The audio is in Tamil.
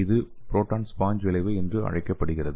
இதுவே புரோட்டான் ஸ்பாஞ்ச் விளைவு என்று அழைக்கப்படுகிறது